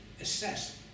assess